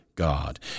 God